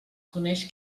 coneix